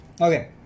Okay